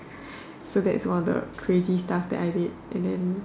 so that is one of the crazy stuff that I did and then